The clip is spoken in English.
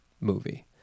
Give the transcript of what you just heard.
movie